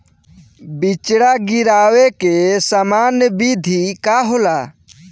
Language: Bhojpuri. बिचड़ा गिरावे के सामान्य विधि का होला?